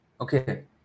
Okay